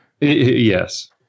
Yes